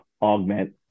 augment